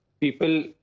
people